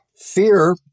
Fear